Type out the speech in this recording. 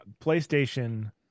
PlayStation